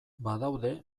badaude